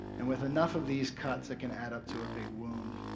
and with enough of these cuts it can add up to a big wound.